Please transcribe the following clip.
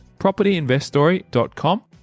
propertyinveststory.com